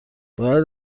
باید